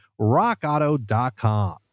rockauto.com